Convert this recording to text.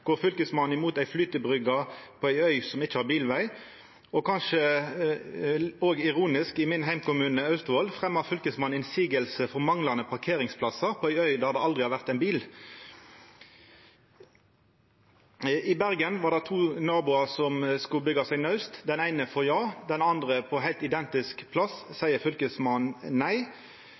går Fylkesmannen imot ei flytebrygge på ei øy som ikkje har bilveg. Og – kanskje ironisk: I min heimkommune, Austevoll, fremja Fylkesmannen motsegn for manglande parkeringsplassar på ei øy der det aldri har vore ein bil. I Bergen var det to naboar som skulle byggja seg naust. Den eine fekk ja, den andre, på ein heilt identisk plass, sa Fylkesmannen nei